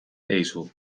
ezel